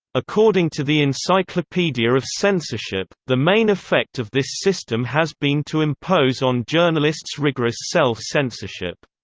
according to the encyclopedia of censorship, the main effect of this system has been to impose on journalists rigorous self-censorship.